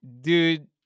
dude